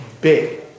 big